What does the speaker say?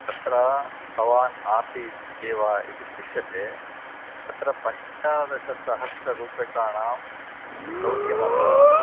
तत्र भवान् आसीत् एव इति दृश्यते तत्र पञ्चादशसहस्ररुप्यकाणाम् चौर्यम् अभवत्